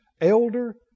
elder